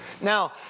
Now